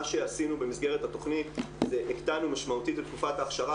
מה שעשינו במסגרת התכנית - הקטנו משמעותית את תקופת ההכשרה.